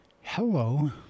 Hello